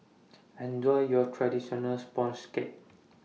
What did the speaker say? Enjoy your Traditional Sponge Cake